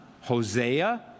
Hosea